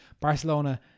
Barcelona